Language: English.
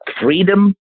freedom